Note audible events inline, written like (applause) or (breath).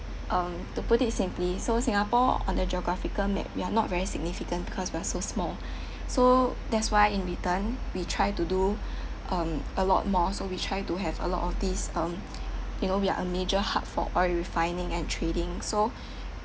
um to put it simply so singapore on their geographical map we are not very significant because we are so small (breath) so that's why in return we try to do um a lot more so we try to have a lot of these um you know we are a major hub for oil refining and trading so